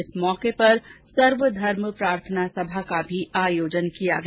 इस अवसर पर एक सर्वधर्म प्रार्थना सभा का भी आयोजन किया गया